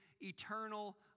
eternal